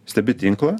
stebi tinklą